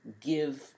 give